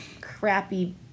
crappy